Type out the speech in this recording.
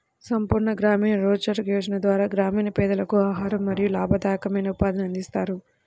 సంపూర్ణ గ్రామీణ రోజ్గార్ యోజన ద్వారా గ్రామీణ పేదలకు ఆహారం మరియు లాభదాయకమైన ఉపాధిని అందిస్తారు